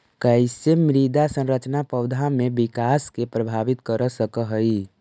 कईसे मृदा संरचना पौधा में विकास के प्रभावित कर सक हई?